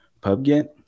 PubGet